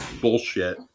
Bullshit